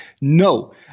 No